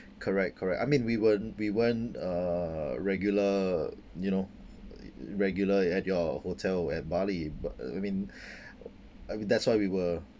correct correct I mean we weren't we weren't uh regular you know regular at your hotel at bali but uh I mean I that's why we were